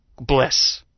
bliss